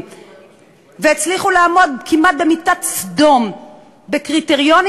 והצליחו לעמוד כמעט במיטת סדום של קריטריונים,